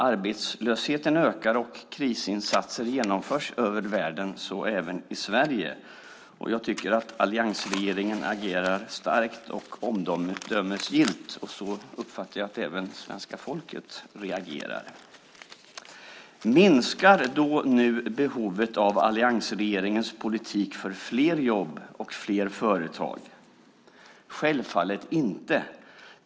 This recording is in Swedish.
Arbetslösheten ökar, och krisinsatser genomförs över världen, så även i Sverige. Jag tycker att alliansregeringen agerar starkt och omdömesgillt. Jag uppfattar att även svenska folket reagerar så. Minskar nu behovet av alliansregeringens politik för fler jobb och fler företag? Självfallet gör det inte det.